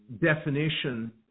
definition